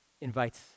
invites